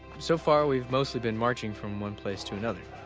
so far we've mostly been marching from one place to another.